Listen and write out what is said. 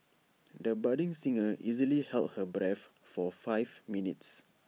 the budding singer easily held her breath for five minutes